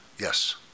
Yes